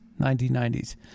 1990s